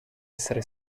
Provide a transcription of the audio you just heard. essere